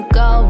go